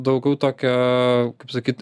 daugiau tokia kaip sakyt